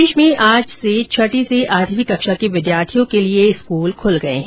प्रदेश में आज से छठी से आठवी कक्षा के विद्यार्थियों के लिये स्कूल खुल गए हैं